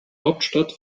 hauptstadt